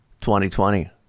2020